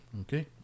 Okay